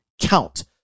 count